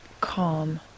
calm